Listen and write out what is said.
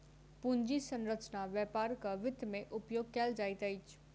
पूंजी संरचना व्यापारक वित्त में उपयोग कयल जाइत अछि